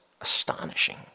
astonishing